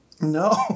No